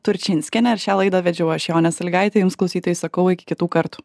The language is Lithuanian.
turčinskiene ir šią laidą vedžiau aš jonė salygaitė jums klausytojai sakau iki kitų kartų